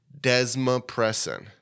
desmopressin